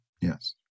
Yes